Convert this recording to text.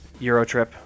Eurotrip